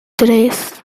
tres